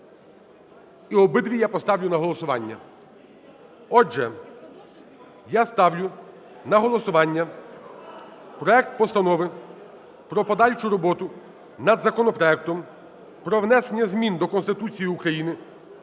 і обидві я поставлю на голосування. Отже, я ставлю на голосування проект Постанови про подальшу роботу над законопроектом про внесення змін до Конституції України